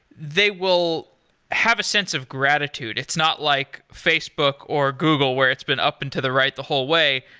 they will have a sense of gratitude. it's not like facebook or google where it's been up into the right the whole way.